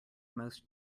most